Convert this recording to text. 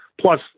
Plus